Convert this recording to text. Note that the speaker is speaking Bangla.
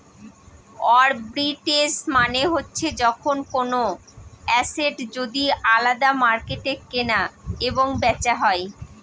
আরবিট্রেজ মানে হচ্ছে যখন কোনো এসেট যদি আলাদা মার্কেটে কেনা এবং বেচা হয়